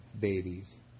babies